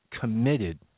committed